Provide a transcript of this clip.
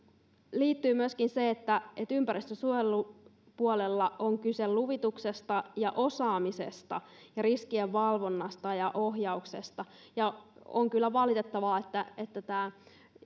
liittyy myöskin se että että ympäristönsuojelupuolella on kyse luvituksesta ja osaamisesta ja riskien valvonnasta ja ohjauksesta on kyllä valitettavaa että että tämä